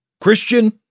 Christian